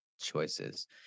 choices